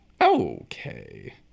okay